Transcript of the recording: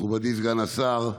מכובדי סגן השר,